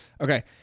Okay